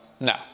No